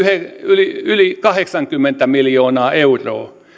yli yli kahdeksankymmentä miljoonaa euroa